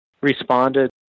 responded